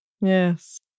yes